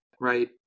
right